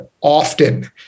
often